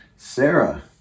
Sarah